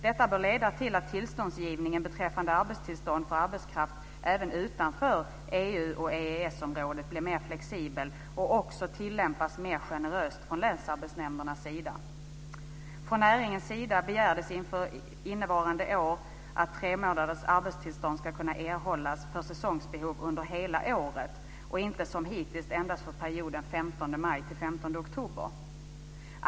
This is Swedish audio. Detta bör leda till att tillståndsgivningen beträffande arbetstillstånd för arbetskraft även utanför EU och EES-områdena blir mer flexibel och också tillämpas mer generöst från länsarbetsnämndernas sida. Från näringens sida begärdes inför innevarande år att tremånaders arbetstillstånd skulle kunna erhållas för säsongsbehov under hela året och inte, som hittills, endast för perioden den 15 maj till den 15 oktober.